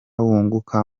wunguka